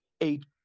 eight